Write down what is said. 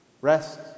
Rest